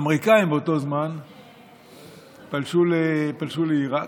האמריקאים באותו זמן פלשו לעיראק,